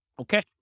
Okay